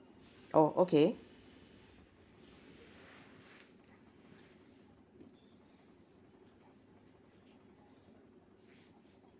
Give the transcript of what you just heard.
oh okay